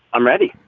i'm ready.